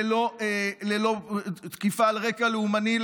ללא תקיפה על רקע לאומני,